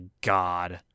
God